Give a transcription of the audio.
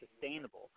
sustainable